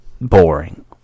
Boring